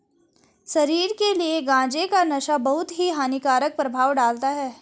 शरीर के लिए गांजे का नशा बहुत ही हानिकारक प्रभाव डालता है